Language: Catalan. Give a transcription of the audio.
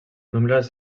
nombres